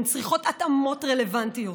הן צריכות התאמות רלוונטיות.